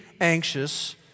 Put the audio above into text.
anxious